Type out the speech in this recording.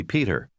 Peter